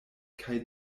kaj